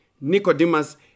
Nicodemus